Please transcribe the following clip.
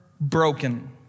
broken